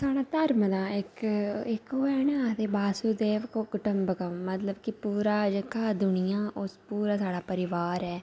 साढ़ा धर्म दा इक्क इक्क ओह् ऐ ना आखे वसुदेव कुटुंबकम् कि जेह्की पूरा दुनिया ओह् पूरा साढ़ा परोआर ऐ